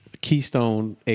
Keystone